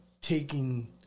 taking